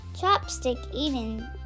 chopstick-eating